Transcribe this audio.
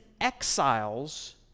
exiles